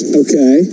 okay